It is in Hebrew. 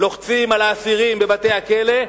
לוחצים על האסירים בבתי-הכלא,